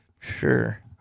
Sure